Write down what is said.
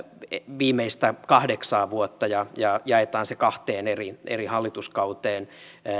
viimeistä kahdeksaa vuotta ja ja jaetaan se kahteen eri eri hallituskauteen